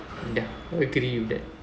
ya agree with that